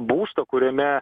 būsto kuriame